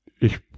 Ich